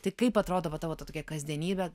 tai kaip atrodo va tavo ta tokia kasdienybė